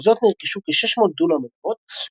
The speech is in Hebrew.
בכל זאת נרכשו כ-600 דונם אדמות,